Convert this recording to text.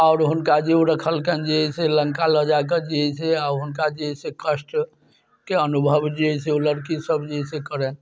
आओर हुनका जे ओ रखलकनि जे है से लङ्का लऽ जाके जे है से हुनका जे है से कष्टके अनुभव जे है से ओ लड़की सब जे है से करऽ